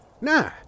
Nah